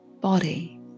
body